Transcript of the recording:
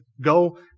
go